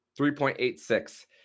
3.86